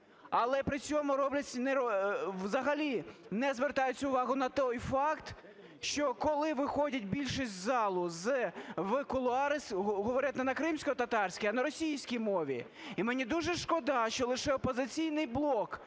але при цьому робиться... взагалі не звертається увагу на той факт, що коли виходить більшість із залу в кулуари, говорять не на кримськотатарській, а на російській мові. І мені дуже шкода, що лише "Опозиційний блок"